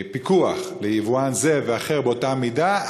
פיקוח ליבואן זה ואחר באותה מידה,